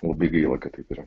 labai gaila kad taip yra